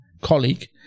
colleague